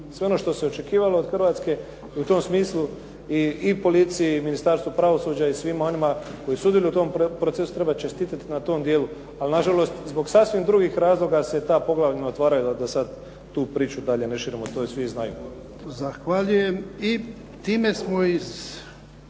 sve ono što se očekivalo od Hrvatske. I u tom smislu i policiji i Ministarstvu pravosuđa i svima onima koji sudjeluju u tom procesu treba čestitati na tom dijelu, ali nažalost zbog sasvim drugih razloga se ta poglavlja ne otvaraju, da sad tu priču dalje ne širimo, to već svi znaju. **Jarnjak, Ivan (HDZ)**